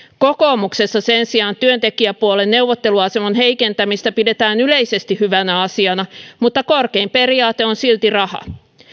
kokoomuksessa sen sijaan työntekijäpuolen neuvotteluaseman heikentämistä pidetään yleisesti hyvänä asiana mutta korkein periaate on silti raha